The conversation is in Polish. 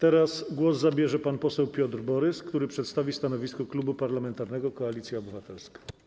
Teraz głos zabierze pan poseł Piotr Borys, który przedstawi stanowisko Klubu Parlamentarnego Koalicja Obywatelska.